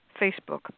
Facebook